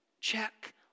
check